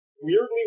Weirdly